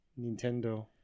Nintendo